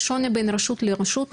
יש שוני ברשות לרשות?